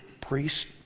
priests